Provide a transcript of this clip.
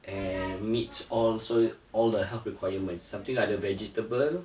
and meets all so all the health requirements something like the vegetable